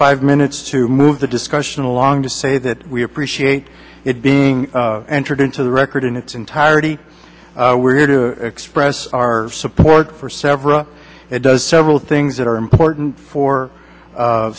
five minutes to move the discussion along to say that we appreciate it being entered into the record in its entirety we are here to express our support for several it does several things that are important for